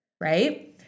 right